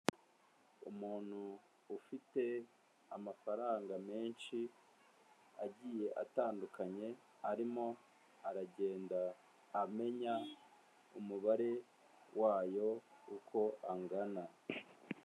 Umuntu ufite amafaranga menshi, agiye atandukanye arimo aragenda amenya umubare wayo uko angana.